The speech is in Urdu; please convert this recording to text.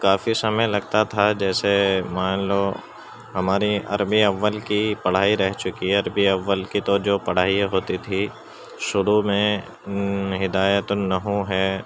کافی سمئے لگتا تھا جیسے مان لو ہماری عربی اول کی پڑھائی رہ چکی ہے عربی اول کی تو جو پڑھائی ہوتی تھی شروع میں ہدایۃ النحو ہے